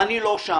ואני לא שם.